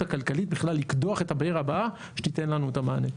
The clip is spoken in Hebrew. הכלכלית בכלל לקדוח את הבאר הבאה שתיתן לנו את המענה.